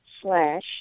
slash